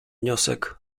wniosek